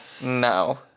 No